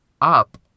up